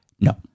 No